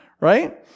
right